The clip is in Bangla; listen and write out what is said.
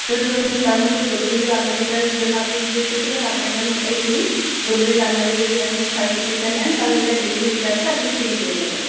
এবার ধরুন তার মধ্যে গোদরেজের আলমারিটার জন্য আপনি জিজ্ঞাসা করছিলেন আপনাকে আমি ওটাই বলি গোদরেজের আলমারি যদি আপনি ছয় ফুটেরটা নেন তাহলে তার ডেলিভারি চার্জটা আপনি ফ্রি পেয়ে যাবেন